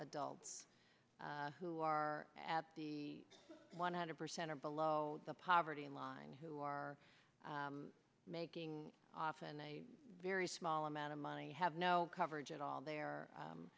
adults who are at the one hundred percent or below the poverty line who are making often a very small amount of money have no coverage at all the